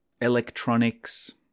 electronics